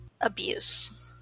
abuse